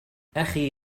أخي